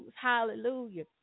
Hallelujah